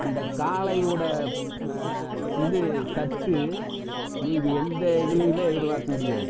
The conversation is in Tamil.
அந்த காளையோட இது சத்து நீங்கள் எந்த இதுலையுமே எதிர்பார்க்க முடியாது